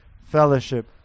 fellowship